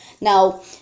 Now